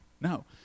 No